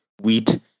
wheat